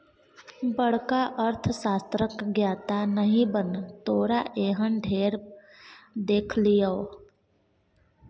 बड़का अर्थशास्त्रक ज्ञाता नहि बन तोरा एहन ढेर देखलियौ